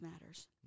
matters